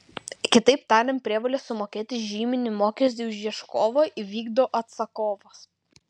kitaip tariant prievolę sumokėti žyminį mokestį už ieškovą įvykdo atsakovas